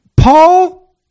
Paul